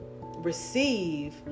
receive